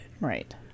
right